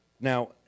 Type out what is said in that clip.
now